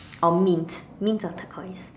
or mint mint or turquoise